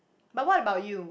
but what about you